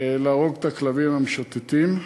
להרוג את הכלבים המשוטטים.